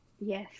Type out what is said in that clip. yes